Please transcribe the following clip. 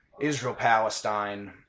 Israel-Palestine